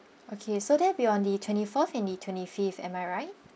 okay so that'd be on the twenty fourth and the twenty fifth am I right